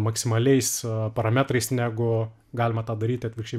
maksimaliais parametrais negu galima tą daryt atvirkščiai